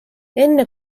enne